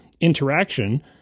interaction